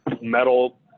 metal